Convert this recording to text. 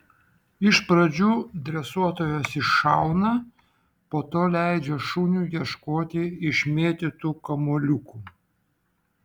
iš pradžių dresuotojas iššauna po to leidžia šuniui ieškoti išmėtytų kamuoliukų